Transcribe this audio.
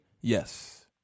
yes